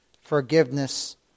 forgiveness